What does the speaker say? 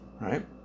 Right